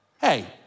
Hey